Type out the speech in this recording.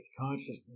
Consciousness